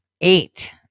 eight